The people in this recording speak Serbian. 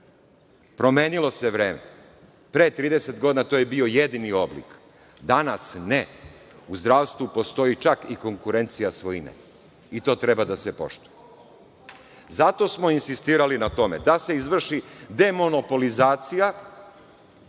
Promenilo se vreme. Pre 30 godina to je bio jedini oblik, danas ne. U zdravstvu postoji čak i konkurencija svojine, i to treba da se poštuje. Zato smo insistirali na tome da se izvrši demonopolizacija,